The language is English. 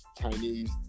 Chinese